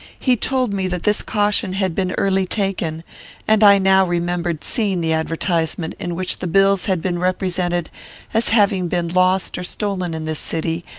he told me that this caution had been early taken and i now remembered seeing the advertisement, in which the bills had been represented as having been lost or stolen in this city,